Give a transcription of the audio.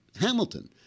Hamilton